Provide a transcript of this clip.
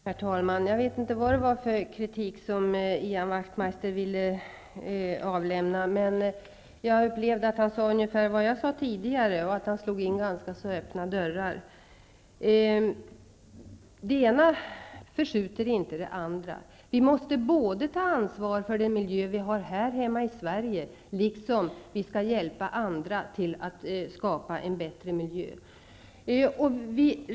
Herr talman! Jag vet inte vad det var för kritik som Ian Wachtmeister ville avlämna, men jag upplevde att han sade ungefär vad jag sade tidigare och att han slog in ganska öppna dörrar. Det ena förskjuter inte det andra. Vi måste både ta ansvar för den miljö som vi har här hemma i Sverige och hjälpa andra att skapa en bättre miljö.